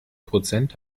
prozent